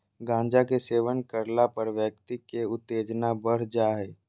गांजा के सेवन करला पर व्यक्ति के उत्तेजना बढ़ जा हइ